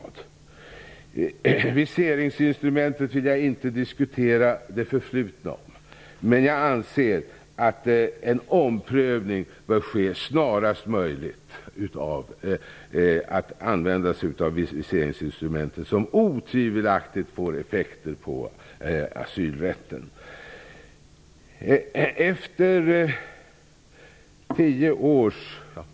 När det gäller viseringsinstrumentet vill jag inte diskutera det förflutna. Men jag anser att en omprövning av användandet av viseringsinstrumentet, som otvivelaktigt får effekter på asylrätten, bör ske snarast möjligt.